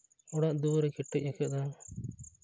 ᱚᱲᱟᱜ ᱫᱩᱣᱟᱹᱨᱮ ᱠᱮᱴᱮᱡᱽ ᱟᱠᱟᱫᱟ